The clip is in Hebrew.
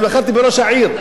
אל תכלול את כולם.